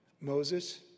Moses